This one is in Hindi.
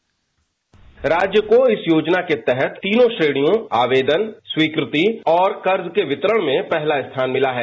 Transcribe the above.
डिस्पैच राज्य को इस योजना के तहत तीनों श्रेणियों आवेदन स्वीकृति और कर्ज के वितरण में पहला स्थान मिला है